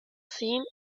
seen